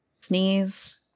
Sneeze